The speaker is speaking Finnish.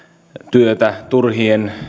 työtä turhien